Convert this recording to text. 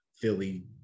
Philly